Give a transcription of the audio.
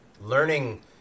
learning